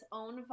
own